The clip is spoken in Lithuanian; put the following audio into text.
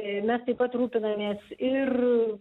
mes taip pat rūpinamės ir